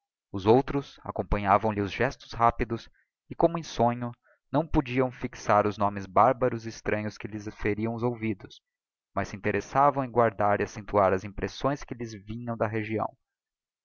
os outros acompanhavamihe os gestos rápidos e como en sonho não podiam fixar os nomes bárbaros e extranhos que lhes feriam os ouvidos mas se interessavam em guardar c accentuar as impressões que lhes vinham da região